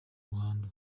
ruhando